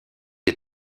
est